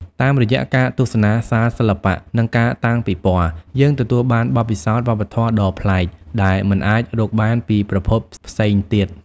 តាមរយៈការទស្សនាសាលសិល្បៈ និងការតាំងពិពណ៌ យើងទទួលបានបទពិសោធន៍វប្បធម៌ដ៏ប្លែក ដែលមិនអាចរកបានពីប្រភពផ្សេងទៀត។